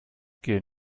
gehen